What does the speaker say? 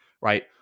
right